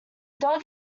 dog